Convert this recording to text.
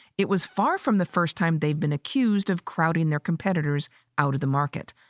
it was far from the first time they've been accused of crowding their competitors out of the market.